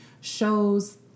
shows